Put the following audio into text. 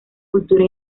cultura